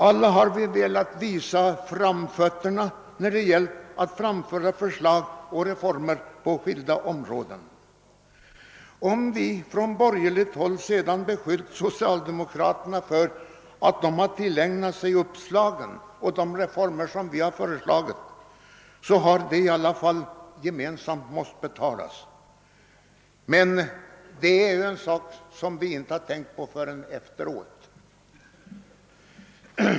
Alla har vi velat visa framfötterna när det gällt att framföra förslag om reformer på skilda områden. Om vi från borgerligt håll sedan beskyllt socialdemokraterna för att de tillägnat sig uppslagen och genomfört reformerna, så har dessa i alla fall måst betalas gemensamt. Men det är en sak som vi inte har tänkt på förrän efteråt.